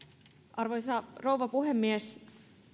arvoisa rouva puhemies